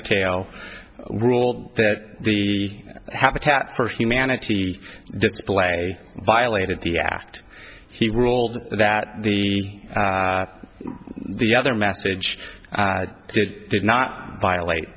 mateo ruled that the habitat for humanity display violated the act he ruled that the the other message did not violate